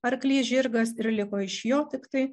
arklys žirgas ir liko iš jo tiktai